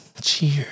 Cheers